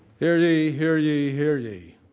here ye, here ye, here ye,